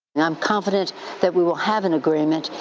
i'm confident that we will have an agreement.